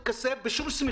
אני כתבתי את הדברים.